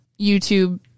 YouTube